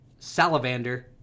Salivander